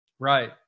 Right